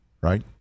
Right